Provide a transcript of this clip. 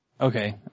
Okay